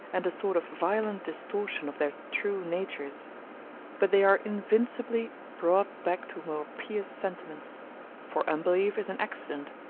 and a sort of violent distortion of their true natures but they are invincibly brought back to more pious sentiments for unbelief is an accident,